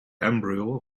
embryo